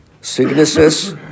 sicknesses